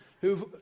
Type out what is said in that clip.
who've